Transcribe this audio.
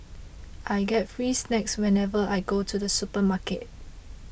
I get free snacks whenever I go to the supermarket